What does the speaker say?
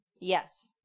Yes